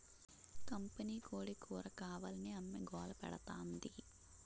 కంపినీకోడీ కూరకావాలని అమ్మి గోలపెడతాంది